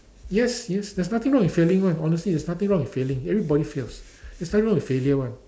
yes yes there's nothing wrong with failing one honestly there's nothing wrong with failing everybody fails there's nothing wrong with failure one